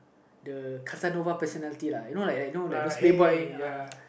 the personality you know like like those play boys uh